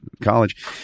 college